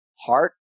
heart